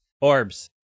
Orbs